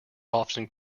often